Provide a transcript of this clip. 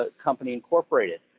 ah company, incorporated.